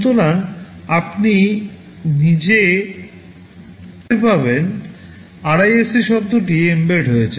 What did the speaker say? সুতরাং আপনি নিজে দেখতে পাবেন RISC শব্দটি এম্বেড হয়েছে